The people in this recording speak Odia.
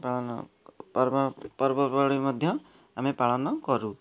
ପାଳନ ପର୍ବ ପର୍ବପର୍ବାଣୀ ମଧ୍ୟ ଆମେ ପାଳନ କରୁ